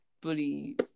bully